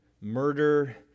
murder